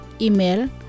Email